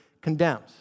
condemns